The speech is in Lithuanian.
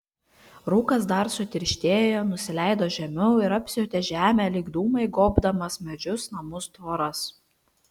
rūkas dar sutirštėjo nusileido žemiau ir apsiautė žemę lyg dūmai gobdamas medžius namus tvoras